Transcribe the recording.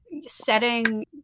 setting